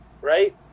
right